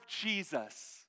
Jesus